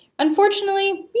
Unfortunately